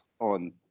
on